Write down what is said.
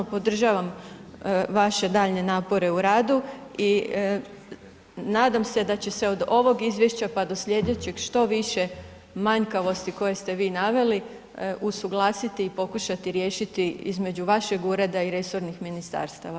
Podržavam vaše daljnje napore u radu, i nadam se da će se od ovog izvješća pa do sljedećeg što više manjkavosti koje ste vi naveli, usuglasili i pokušati riješiti između vašeg ureda i resornih ministarstava.